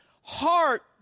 heart